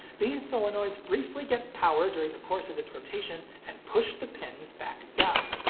these solenoids briefly get power during the course of its rotation and push the pins back down.